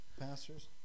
Pastors